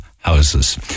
houses